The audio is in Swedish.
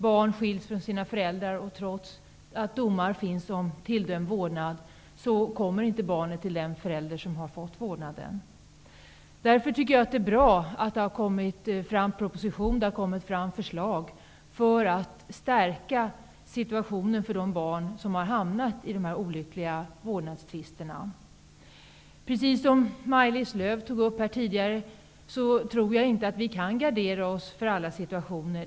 Barn skiljs från sina föräldrar, och trots att det finns domar kommer inte barnet till den förälder som har tilldömts vårdnaden. Därför tycker jag att det är bra att det har kommit ett förslag för att stärka situationen för de barn som hamnat i de oroliga vårdsnadstvisterna. Precis som Maj-Lis Lööw tog upp här tidigare, tror jag inte att vi kan gardera oss mot alla situationer.